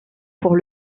pour